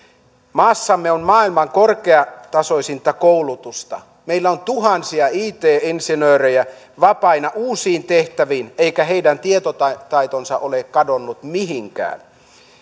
maassamme on maailman korkeatasoisinta koulutusta meillä on tuhansia it insinöörejä vapaina uusiin tehtäviin eikä heidän tietotaitonsa ole kadonnut mihinkään